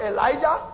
Elijah